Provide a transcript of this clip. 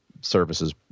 services